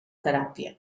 teràpia